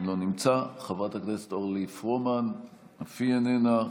לא נמצא, חברת הכנסת אורלי פרומן, אף היא איננה.